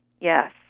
yes